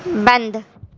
بند